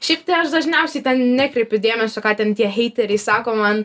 šiaip tai aš dažniausiai ten nekreipiu dėmesio ką ten tie heiteriai sako man